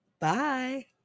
Bye